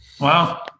Wow